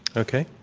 okay.